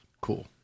Cool